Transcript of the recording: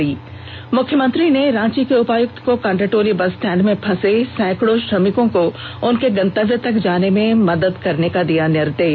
न् मुख्यमंत्री ने रांची के उपायुक्त को कांटाटोली बस स्टैंड में फंसे सैकड़ों श्रमिकों को उनके गंतव्य तक जाने में मदद करने को दिया निर्देश